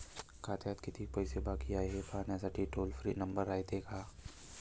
खात्यात कितीक पैसे बाकी हाय, हे पाहासाठी टोल फ्री नंबर रायते का?